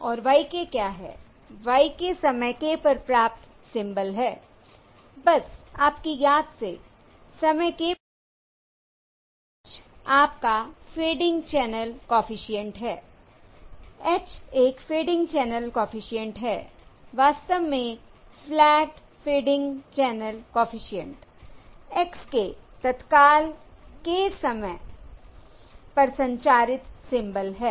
और y k क्या है y k समय k पर प्राप्त सिंबल हैi बस आपकी याद से समय k पर प्राप्त सिंबल h आपका फेडिंग चैनल कॉफिशिएंट है I h एक फेडिंग चैनल कॉफिशिएंट है वास्तव में flat fading channel coefficient I x k तत्काल k समय पर संचारित सिंबल है